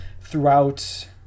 throughout